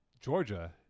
Georgia